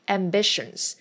ambitions